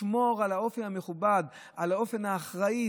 לשמור על האופי המכובד, על האופן האחראי.